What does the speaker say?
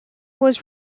was